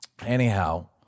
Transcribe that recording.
Anyhow